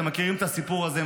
אתם מכירים את הסיפור הזה.